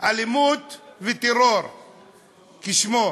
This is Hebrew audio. אלימות וטרור, כשמו.